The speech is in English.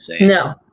No